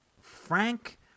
frank